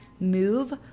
move